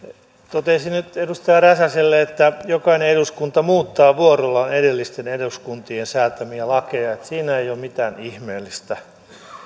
toteaisin nyt edustaja räsäselle että jokainen eduskunta muuttaa vuorollaan edellisten eduskuntien säätämiä lakeja siinä ei ole mitään ihmeellistä